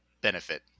benefit